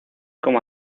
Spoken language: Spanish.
como